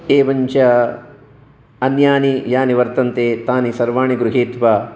एवञ्च अन्यानि यानि वर्तन्ते तानि सर्वाणि गृहीत्वा